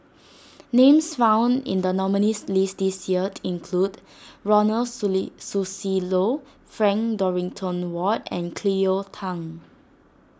names found in the nominees' list this year include Ronald Susilo Frank Dorrington Ward and Cleo Thang